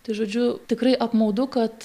tai žodžiu tikrai apmaudu kad